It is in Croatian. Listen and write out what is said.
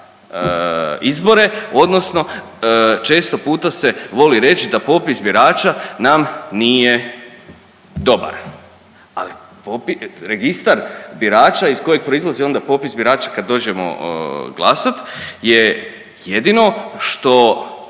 izbore, odnosno često puta se voli reći da popis birača nam nije dobar. Ali registar birača iz kojeg proizlazi onda popis birača kad dođemo glasati je jedino što